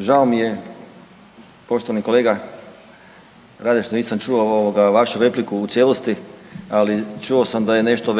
Žao mi je poštovani kolega Rade što nisam čuo vašu repliku u cijelosti, ali čuo sam da je nešto